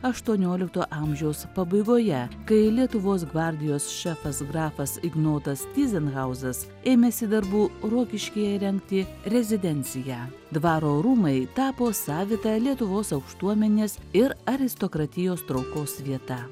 aštuoniolikto amžiaus pabaigoje kai lietuvos gvardijos šefas grafas ignotas tyzenhauzas ėmėsi darbų rokiškyje įrengti rezidenciją dvaro rūmai tapo savita lietuvos aukštuomenės ir aristokratijos traukos vieta